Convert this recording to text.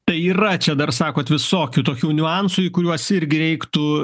tai yra čia dar sakot visokių tokių niuansų į kuriuos irgi reiktų